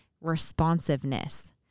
responsiveness